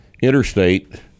Interstate